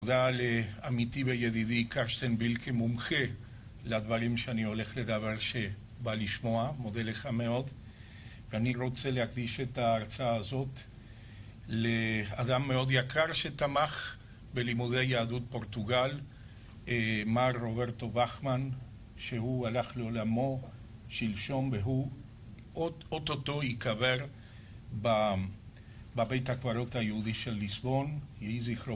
תודה לעמיתי וידידי קרשטין בילקי, מומחה לדברים שאני הולך לדבר, שבא לשמוע, מודה לך מאוד. ואני רוצה להקדיש את ההרצאה הזאת לאדם מאוד יקר שתמך בלימודי יהדות פורטוגל, מר רוברטו וכמן, שהוא הלך לעולמו שלשום והוא אוטוטו ייקבר בבית הקברות היהודי של ליסבון, יהי זכרו